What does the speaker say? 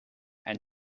and